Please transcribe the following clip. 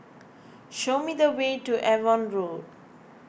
show me the way to Avon Road